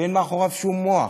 ואין מאחוריו שום מוח.